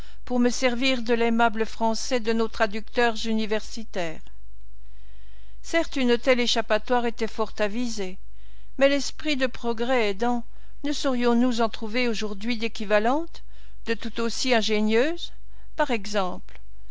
pour me servir de l'aimable français de nos traducteurs universitaires certes une telle échappatoire était fort avisée mais l'esprit de progrès aidant ne saurions nous en trouver aujourd'hui d'équivalentes de tout aussi ingénieuses par exemple